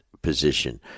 Position